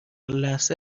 لحظه